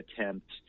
attempt